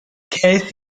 ces